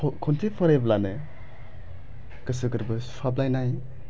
खनसे फरायबानो गोसो गोरबो सुहाबलायनाय